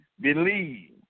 believe